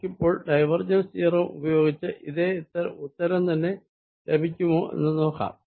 നമുക്കിപ്പോൾ divergence theorem ഉപയോഗിച്ച് ഇതേ ഉത്തരം തന്നെ ലഭിക്കുമോ എന്ന് നോക്കാം